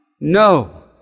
No